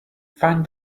find